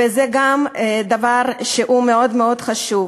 וגם זה דבר שהוא מאוד מאוד חשוב.